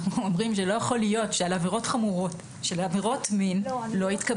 אנחנו אומרים שלא יכול להיות שעל עבירות חמורות של עבירות מין יתקבל